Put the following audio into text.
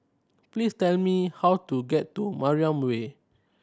please tell me how to get to Mariam Way